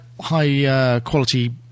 high-quality